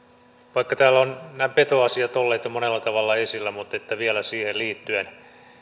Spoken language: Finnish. vaikka täällä ovat nämä petoasiat olleet jo monella tavalla esillä niin vielä siihen liittyen